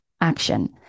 action